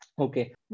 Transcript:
okay